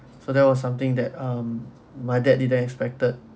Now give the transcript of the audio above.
so that was something that um my dad didn't expected